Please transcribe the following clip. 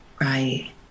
Right